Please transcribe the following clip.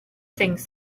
things